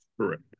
Correct